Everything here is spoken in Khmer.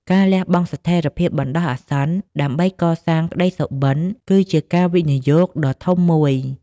ការលះបង់ស្ថិរភាពបណ្តោះអាសន្ន ដើម្បីកសាងក្តីសុបិន គឺជាការវិនិយោគដ៏ធំមួយ។